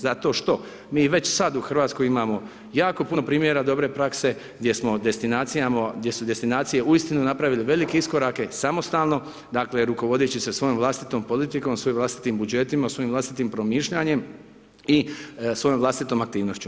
Zato što mi već sad u Hrvatskoj imamo jako puno primjera dobre prakse gdje smo destinacijama, gdje su destinacije uistinu napravile velike iskorake samostalno, dakle rukovodeći se svojom vlastitom politikom, svojim vlastitim budžetima, svojim vlastitim promišljanjem i svojom vlastitom aktivnošću.